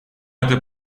это